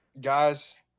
guys